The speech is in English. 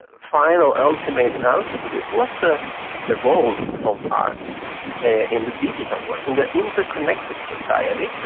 final ultimate ah answer to this. what's the the role of art in the digital world, in the interconnected society?